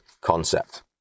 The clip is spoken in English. concept